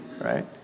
right